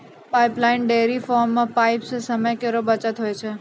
pipeline dairy farm म pipe सें समय केरो बचत होय छै